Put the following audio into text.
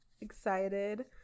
excited